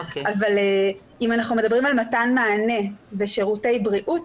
אבל אם אנחנו מדברים על מתן מענה בשירותי בריאות